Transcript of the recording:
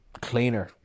cleaner